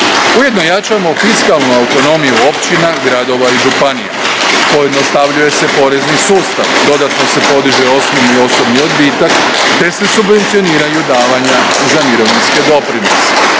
Ujedno jačamo fiskalnu autonomiju općina, gradova i županija, pojednostavljuje se porezni sustav, dodatno se podiže osnovni osobni odbitak te se subvencioniraju davanja za mirovinske doprinose.